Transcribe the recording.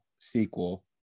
sequel